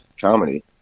comedy